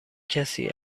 کسی